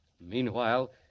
Meanwhile